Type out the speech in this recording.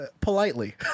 politely